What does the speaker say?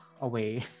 away